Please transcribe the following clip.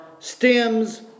stems